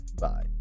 bye